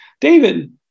David